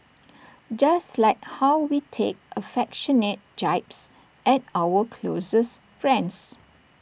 just like how we take affectionate jibes at our closest friends